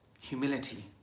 humility